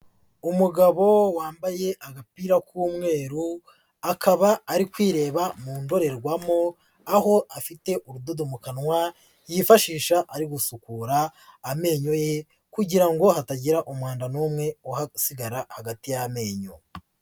Umugabo wambaye agapira k'umweru akaba ari kwireba mu ndorerwamo, aho afite urudodo mu kanwa yifashisha ari gusukura amenyo ye kugira ngo hatagira umwanda n'umwe uhasigara hagati y'amenyo.